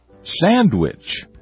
sandwich